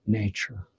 nature